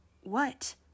What